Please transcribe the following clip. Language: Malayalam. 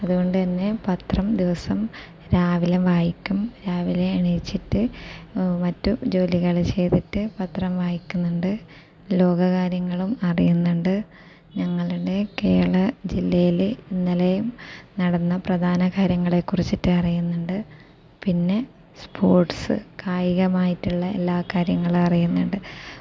അതുകൊണ്ടുതന്നെ പത്രം ദിവസം രാവിലെ വായിക്കും രാവിലെ എണീച്ചിട്ട് മറ്റു ജോലികൾ ചെയ്തിട്ട് പത്രം വായിക്കുന്നുണ്ട് ലോക കാര്യങ്ങളും അറിയുന്നുണ്ട് ഞങ്ങളുടെ കേരള ജില്ലയിലെ ഇന്നലെയും നടന്ന പ്രധാന കാര്യങ്ങളെക്കുറിച്ചിട്ട് അറിയുന്നുണ്ട് പിന്നെ സ്പോർട്സ് കായികമായിട്ടുള്ള എല്ലാ കാര്യങ്ങളും അറിയുന്നുണ്ട്